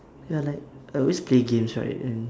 ya like I always play games right and